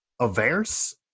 Averse